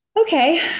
okay